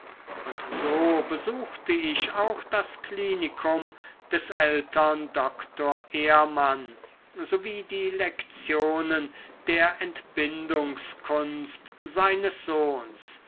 und so besuchte ich auch das klinikum des ältern doktor ehrmann sowie die lektionen der entbindungskunst seines sohns